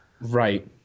right